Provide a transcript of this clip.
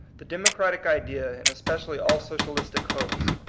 the democratic idea, and especially all socialistic hopes,